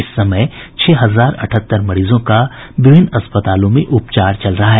इस समय छह हजार अठहत्तर मरीजों का विभिन्न अस्पतालों में इलाज चल रहा है